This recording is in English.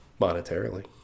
monetarily